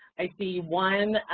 i see one